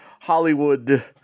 Hollywood